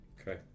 Okay